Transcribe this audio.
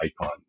icon